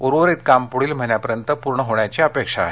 उर्वरित काम पुढील महिन्यापर्यंत पूर्ण होण्याची अपेक्षा आहे